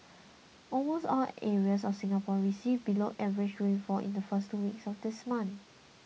almost all areas of Singapore received below average rainfall in the first two weeks of this month